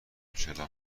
چرا